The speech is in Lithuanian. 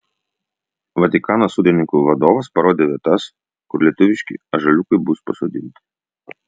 vatikano sodininkų vadovas parodė vietas kur lietuviški ąžuoliukai bus pasodinti